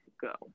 go